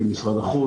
עם משרד החוץ,